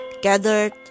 gathered